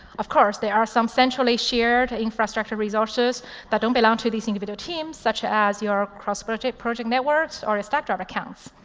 of course, there are some centrally shared infrastructure resources that don't belong to these individual teams, such as your cross-product project networks or ah stackdriver accounts.